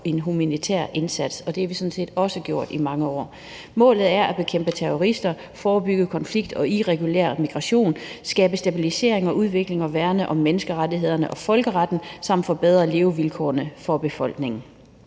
en humanitær indsats. Det har vi sådan set også gjort i mange år. Målet er at bekæmpe terrorister, forebygge konflikt og irregulær migration, skabe stabilisering og udvikling og værne om menneskerettighederne og folkeretten samt forbedre levevilkårene for befolkningen.